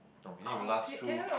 no we need to last through